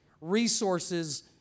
Resources